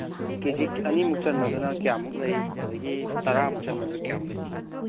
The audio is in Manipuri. ꯑꯣ ꯀꯦ ꯖꯤ ꯑꯅꯤꯃꯨꯛ ꯆꯟꯕꯗꯨꯅ ꯀꯌꯥꯃꯨꯛ ꯂꯩ ꯑꯗꯨꯗꯒꯤ ꯇꯔꯥꯃꯨꯛ ꯆꯟꯕꯗꯨꯅ ꯀꯌꯥꯃꯨꯛ ꯂꯩ